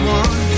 one